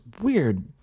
weird